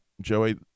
joey